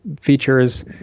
Features